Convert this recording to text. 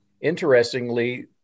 interestingly